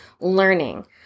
learning